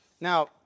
Now